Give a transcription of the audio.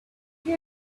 you